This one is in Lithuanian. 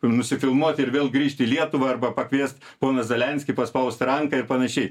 nusifilmuot ir vėl grįžti į lietuvą arba pakviest poną zelenskį paspaust ranką ir panašiai